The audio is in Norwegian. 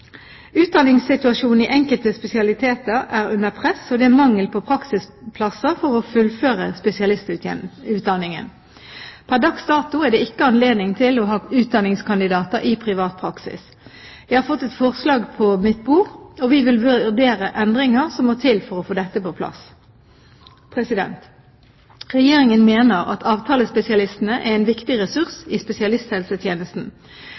Utdanningssituasjonen i enkelte spesialiteter er under press, og det er mangel på praksisplasser for å fullføre spesialistutdanningen. Per dags dato er det ikke anledning til å ha utdanningskandidater i privat praksis. Jeg har fått et forslag på mitt bord, og Regjeringen vil vurdere endringer som må til for å få dette på plass. Regjeringen mener at avtalespesialistene er en viktig